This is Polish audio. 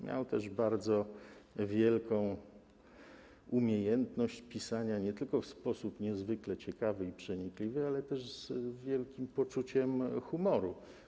Miał też bardzo wielką umiejętność pisania nie tylko w sposób niezwykle ciekawy i przenikliwy, ale też z wielkim poczuciem humoru.